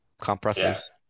compresses